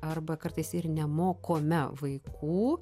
arba kartais ir nemokome vaikų